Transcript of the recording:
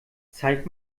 zeig